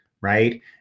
right